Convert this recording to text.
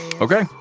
okay